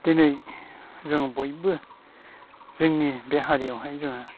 दिनै जोङो बयबो जोंनि बे हारियावहाय जोङो